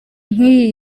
nk’iyi